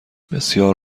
بسیار